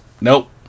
Nope